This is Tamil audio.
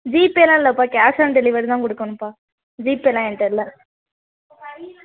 ஜிபேயெலாம் இல்லைப்பா கேஷ் ஆன் டெலிவரி தான் கொடுக்கணும்ப்பா ஜிபேயெலாம் என்ட்ட இல்லை